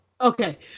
okay